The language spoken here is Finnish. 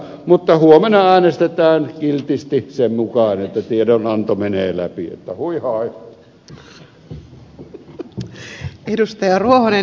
mutta huomenna äänestetään kiltisti sen mukaan että tiedonanto menee läpi että huihai